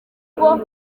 ubwo